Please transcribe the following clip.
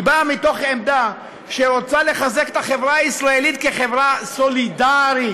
היא באה מתוך עמדה שרוצה לחזק את החברה הישראלית כחברה סולידרית,